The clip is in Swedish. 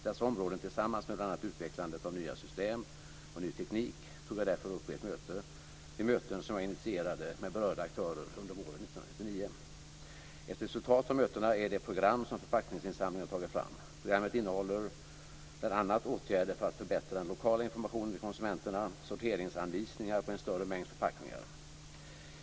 Dessa områden, tillsammans med bl.a. utvecklandet av nya system och ny teknik, tog jag därför upp vid möten som jag initierade med berörda aktörer under våren 1999. Ett resultat av mötena är det program som Förpackningsinsamlingen har tagit fram. Programmet innehåller bl.a. åtgärder för att förbättra den lokala informationen till konsumenterna och sorteringsanvisningar på en större mängd förpackningar.